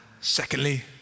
secondly